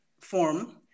form